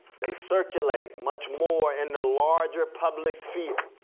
they circulate much more in the larger public sphere,